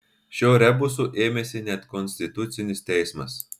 šio rebuso ėmėsi net konstitucinis teismas